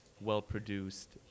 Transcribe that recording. well-produced